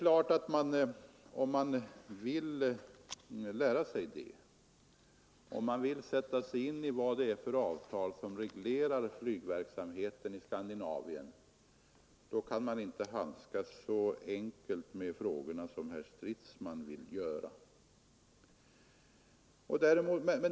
Den som sätter sig in i de avtal som reglerar flygverksamheten i Skandinavien kan inte handskas så lättvindigt med dessa frågor som herr Stridsman gör.